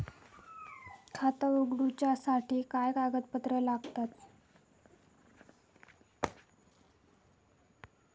खाता उगडूच्यासाठी काय कागदपत्रा लागतत?